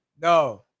No